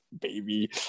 baby